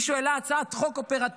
מישהו העלה הצעת חוק אופרטיבית,